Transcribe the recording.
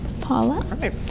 Paula